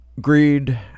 greed